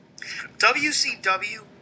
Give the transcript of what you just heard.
WCW